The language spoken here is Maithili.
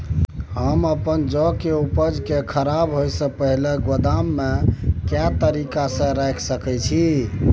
हम अपन जौ के उपज के खराब होय सो पहिले गोदाम में के तरीका से रैख सके छी?